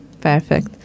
Perfect